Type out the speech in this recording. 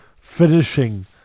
finishing